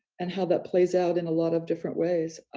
and how that plays out in a lot of different ways.